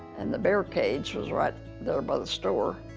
and the bear cage was right there by the store.